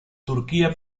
turquía